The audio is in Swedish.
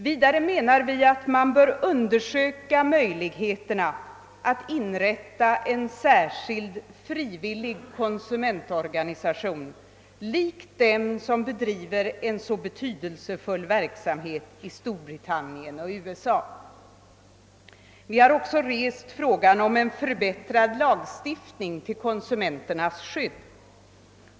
Vidare menar vi att man bör undersöka möjligheterna att inrätta en särskild frivillig konsumentorganisation lik den som bedriver en så betydelsefull verksamhet i Storbritannien och USA. Vi har också rest frågan om en förbättrad lagstiftning till konsumenternas skydd.